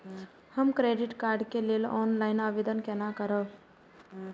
हम credit card के लेल ऑनलाइन आवेदन केना करब?